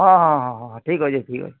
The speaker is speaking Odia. ହଁ ହଁ ହଁ ହଁ ଠିକ୍ ଅଛେ ଠିକ୍ ଅଛେ